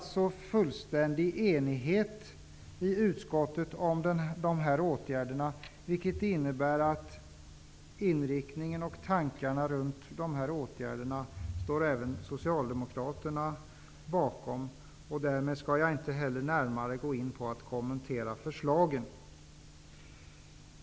Det råder fullständig enighet i utskottet om dessa åtgärder, vilket innebär att även Socialdemokraterna står bakom inriktningen och tankarna bakom åtgärderna. Därmed skall jag inte kommentera förslagen närmare.